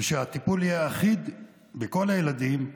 ושהטיפול יהיה אחיד לכל הילדים,